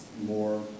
more